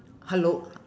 hello